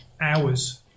hours